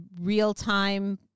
real-time